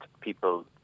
people